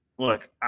Look